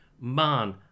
man